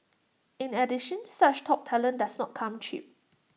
in addition such top talent does not come cheap